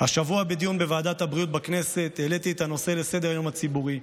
השבוע בדיון בוועדת הבריאות בכנסת העליתי את הנושא לסדר-היום הציבורי.